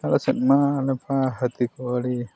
ᱟᱞᱮ ᱥᱮᱫ ᱢᱟ ᱟᱞᱮ ᱢᱟ ᱦᱟᱹᱛᱤᱠᱚ ᱟᱹᱰᱤ